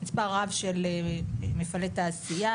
מספר רב של מפעלי תעשייה,